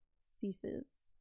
ceases